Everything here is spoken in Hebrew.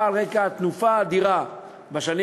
ההצעה באה על רקע התנופה האדירה בשנים